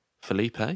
Felipe